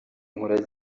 nkura